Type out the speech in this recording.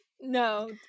No